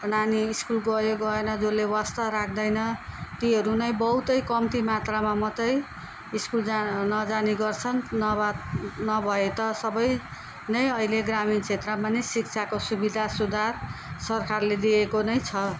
नानी स्कुल गयो गएन जसले वास्ता राख्दैन तीहरू नै बहुतै कम्ती मात्रामा मात्रै स्कुल जा नजाने गर्छन नभए नभए त सबै नै अहिले ग्रामीण क्षेत्रमा नि शिक्षाको सुविधा सुधार सरकारले दिएको नै छ